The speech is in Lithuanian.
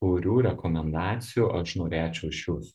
kurių rekomendacijų aš norėčiau iš jūsų